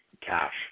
cash